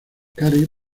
carey